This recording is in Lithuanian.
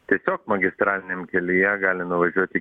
tiesiog magistraliniam kelyje gali nuvažiuoti